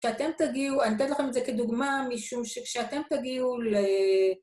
כשאתם תגיעו, אני נותנת לכם את זה כדוגמה, משום שכשאתם תגיעו ל...